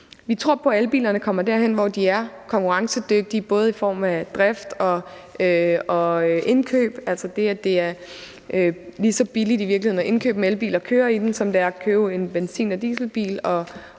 Vi tror på, at elbilerne kommer derhen, hvor de er konkurrencedygtige, både i form af drift og indkøb, altså det, at det i virkeligheden er lige så billigt at købe en elbil og køre i den, som det er at købe en benzin- og dieselbil